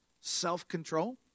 self-control